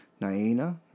Naina